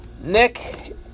Nick